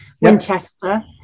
Winchester